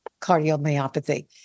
cardiomyopathy